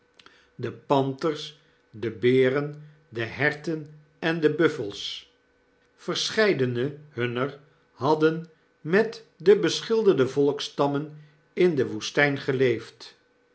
de panters de beren de herten en de buffels verscheidene hunner hadden met de beschilderde volksstammen in de woestijn geleefd